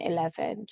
Eleven